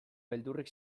beldurrik